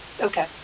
Okay